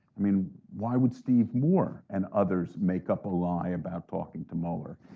i mean why would steve moore and others make up a lie about talking to mueller?